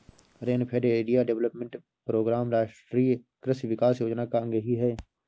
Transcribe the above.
rainfed area development programme राष्ट्रीय कृषि विकास योजना का अंग ही है